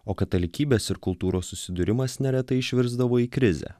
o katalikybės ir kultūros susidūrimas neretai išvirsdavo į krizę